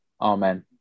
Amen